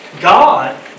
God